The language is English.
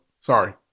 Sorry